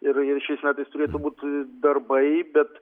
ir ir šiais metais turėtų būti darbai bet